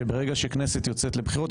שברגע שכנסת יוצאת לבחירות,